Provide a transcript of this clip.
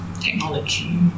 technology